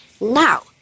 Now